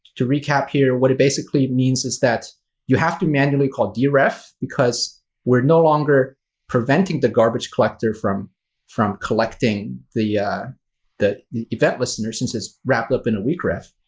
to recap here, what it basically means is that you have to manually call deref, because we're no longer preventing the garbage collector from from collecting the event listener, since it's wrapped up in a weakref.